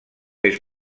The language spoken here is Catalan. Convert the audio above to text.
més